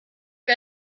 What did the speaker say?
wir